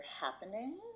happening